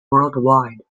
worldwide